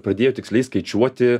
padėjo tiksliai skaičiuoti